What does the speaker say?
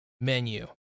Menu